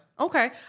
Okay